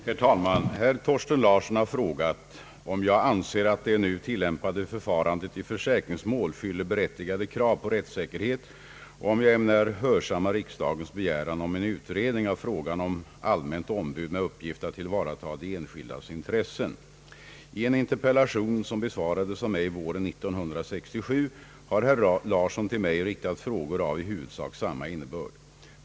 Herr talman! Herr Thorsten Larsson har frågat, om jag anser att det nu tillämpade förfarandet i försäkringsmål fyller berättigade krav på rättssäkerhet och om jag ämnar hörsamma riksdagens begäran om en utredning av frågan om allmänt ombud med uppgift att tillvarataga de enskildas intressen. I en interpellation, som besvarades av mig våren 1967, har herr Larsson till mig riktat frågor av i huvudsak samma innebörd.